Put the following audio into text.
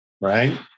right